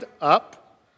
up